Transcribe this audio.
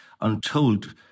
untold